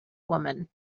woman